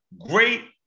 Great